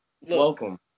Welcome